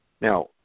Now